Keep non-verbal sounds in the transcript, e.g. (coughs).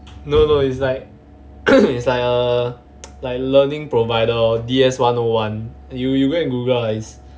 no no it's like (coughs) it's like a (noise) like learning provider lor D S one O one you you go and google it's